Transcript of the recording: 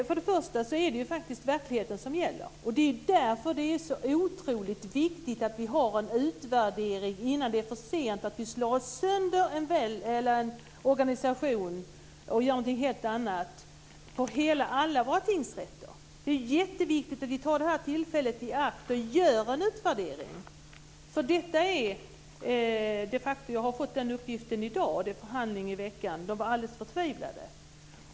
Fru talman! Det är ju faktiskt verkligheten som gäller. Det är därför det är så otroligt viktigt att vi har en utvärdering innan det är för sent, innan vi slår sönder en organisation och gör något helt annat på alla våra tingsrätter. Det är jätteviktigt att vi tar det här tillfället i akt och gör en utvärdering. Jag har fått uppgiften i dag. Det är förhandling i veckan och man är alldeles förtvivlade.